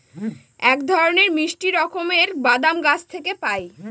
এক ধরনের মিষ্টি রকমের বাদাম গাছ থেকে পায়